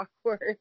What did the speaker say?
awkward